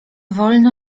wolno